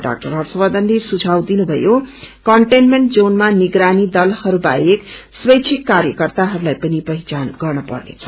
doctor हर्षवर्षनले सुझाव दिनुथयो कन्टेनमेन्ट जोनमानिगरानी दलहरू बाहेक स्वैष्छिक कार्यकर्ताहरूलाई पनि पहिचान गर्नपर्नेछ